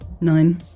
Nine